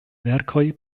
verkoj